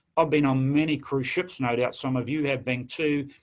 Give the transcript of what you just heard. i've been on many cruise ships, no doubt some of you have been too,